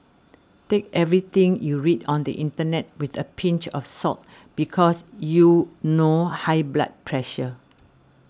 take everything you read on the internet with a pinch of salt because you know high blood pressure